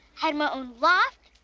had my own loft.